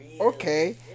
Okay